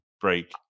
break